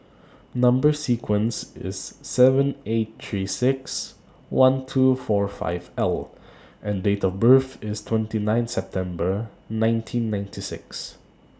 Number sequence IS S eight three six one two four five L and Date of birth IS twenty nine September nineteen ninety six